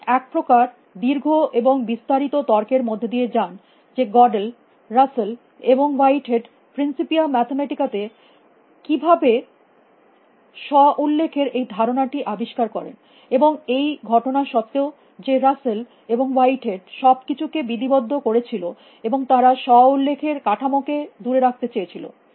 তিনি এক প্রকার দীর্ঘ এবং বিস্তারিত তর্কের মধ্যে দিয়ে যান যে গডেল রুসেল এবং হোয়াইটহেড প্রিন্সিপিয়া ম্যাথেমেটিকা তে কিভাবে স্ব উল্লেখের এই ধারণাটি আবিষ্কার করেন এবং এই ঘটনা সত্ত্বেও যে রুসেল এবং হোয়াইটহেড সব কিছু কে বিধিবদ্ধ করে ছিল এবং তারা স্ব উল্লেখের কাঠামোকে দুরে রাখতে চেয়ে ছিলেন